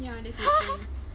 ya that's the thing